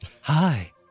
Hi